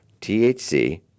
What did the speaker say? THC